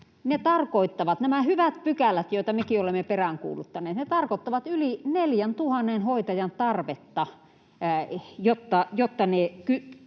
nämä hyvät pykälät, joita mekin olemme peräänkuuluttaneet, tarkoittavat yli 4 000 hoitajan tarvetta, jotta ne